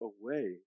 away